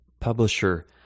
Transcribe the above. publisher